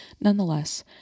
Nonetheless